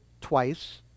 twice